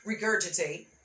regurgitate